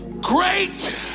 great